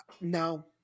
No